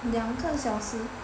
两个小时